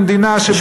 במדינה שבה,